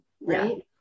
right